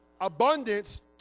Abundance